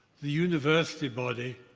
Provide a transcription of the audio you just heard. the university body